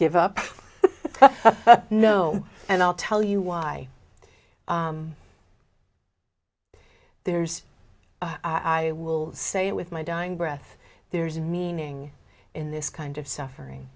give up know and i'll tell you why there's i will say it with my dying breath there is a meaning in this kind of suffering